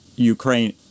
ukraine